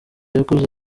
yakoze